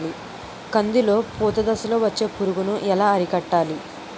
కందిలో పూత దశలో వచ్చే పురుగును ఎలా అరికట్టాలి?